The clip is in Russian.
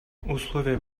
условия